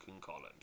columns